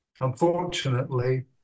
unfortunately